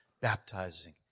baptizing